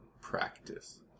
practice